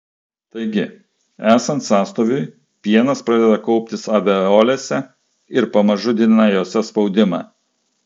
taigi esant sąstoviui pienas pradeda kauptis alveolėse ir pamažu didina jose spaudimą